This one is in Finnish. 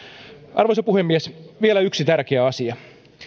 arvoisa puhemies vielä yksi tärkeä asia